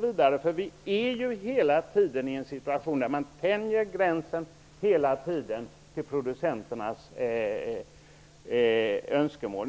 Vi befinner oss hela tiden i en situation där gränsen tänjs till producenternas förmån.